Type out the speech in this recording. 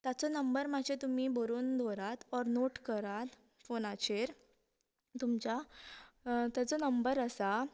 ताचो नंबर मात्सो तुमी बरोवन दवरात ऑर नोट करात फोनाचेर तुमच्या तेचो नंबर आसा